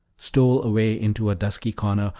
stole away into a dusky corner,